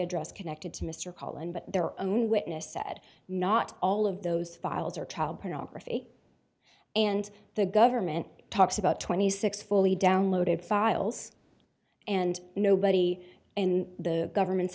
address connected to mr cullen but their own witness said not all of those files are child pornography and the government talks about twenty six fully downloaded files and nobody in the government